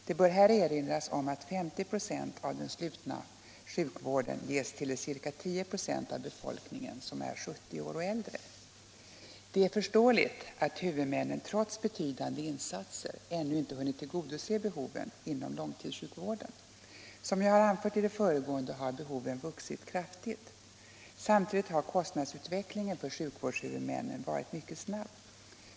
Det bör här erinras om att 50 96 av den slutna sjukvården ges till de ca 10 96 av befolkningen som är 70 år och äldre. Det är förståeligt att huvudmännen trots betydande insatser ännu inte hunnit tillgodose behoven inom långtidssjukvården. Som jag har anfört i det föregående har behoven vuxit kraftigt. Samtidigt har kostnadsutvecklingen för sjukvårdshuvudmännen varit mycket snabb.